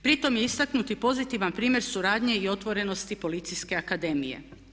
Pri tom je istaknut i pozitivan primjer suradnje i otvorenosti Policijske akademije.